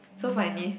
so funny